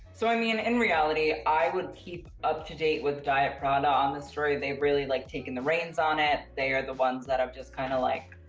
so, i mean, in reality i would keep up-to-date with diet prada on the story. they've really like taken the reins on it. they are the ones that have just kind of, like,